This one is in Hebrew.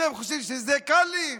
אתם חושבים שזה קל לי?